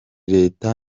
leta